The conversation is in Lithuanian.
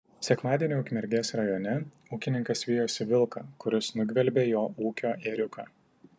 sekmadienį ukmergės rajone ūkininkas vijosi vilką kuris nugvelbė jo ūkio ėriuką